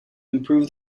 improve